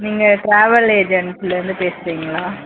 நீங்கள் ட்ராவெல் ஏஜென்சிலேருந்து பேசுகிறீங்களா